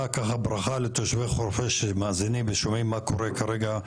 ברכה לתושבי חורפיש שמאזינים ושומעים מה קורה כרגע,